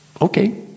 okay